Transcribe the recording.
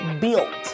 built